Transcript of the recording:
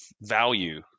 value